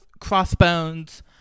crossbones